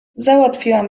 załatwiłam